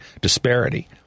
disparity